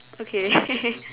okay